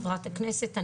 חברת הכנסת,